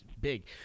big